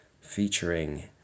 featuring